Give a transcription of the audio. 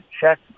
check